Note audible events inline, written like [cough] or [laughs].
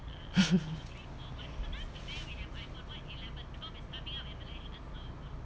[laughs]